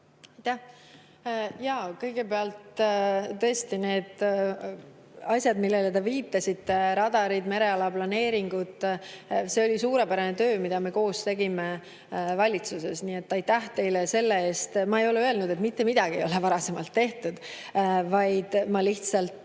Kõigepealt, tõesti, need asjad, millele te viitasite – radarid, merealaplaneeringud –, see oli suurepärane töö, mida me valitsuses koos tegime. Aitäh teile selle eest! Ma ei ole öelnud, et mitte midagi ei ole varasemalt tehtud, vaid ma lihtsalt